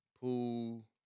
pool